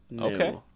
Okay